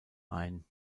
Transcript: ein